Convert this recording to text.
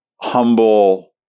humble